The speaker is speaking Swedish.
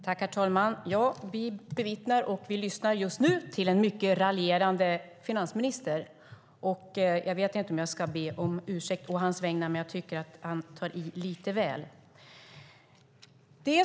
Herr talman! Vi lyssnar just nu till en mycket raljerande finansminister. Jag vet inte om jag ska be om ursäkt å hans vägnar, men jag tycker att han tar i lite väl.